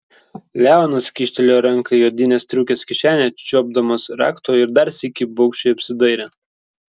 leonas kyštelėjo ranką į odinės striukės kišenę čiuopdamas rakto ir dar sykį baugščiai apsidairė